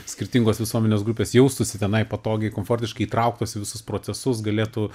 skirtingos visuomenės grupės jaustųsi tenai patogiai komfortiškai įtrauktos į visus procesus galėtų